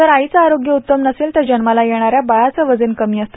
जर आईचं आरोग्य उत्तम नसेल तर जन्माला येणाऱ्या बाळाचं वजन कमी असते